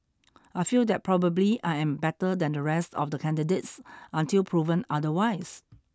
I feel that probably I am better than the rest of the candidates until proven otherwise